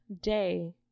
day